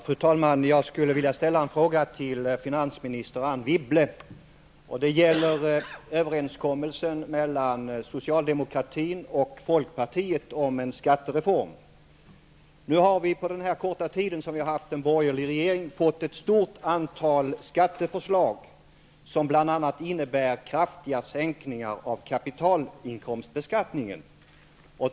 Fru talman! Jag skulle vilja ställa en fråga till finansminister Anne Wibble. Det gäller överenskommelsen mellan socialdemokratin och folkpartiet om en skattereform. Nu har vi på den korta tid som vi har haft en borgerlig regering fått ett stort antal skatteförslag, som bl.a. innebär kraftiga sänkningar av kapitalinkomstbeskattningen.